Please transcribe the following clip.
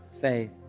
faith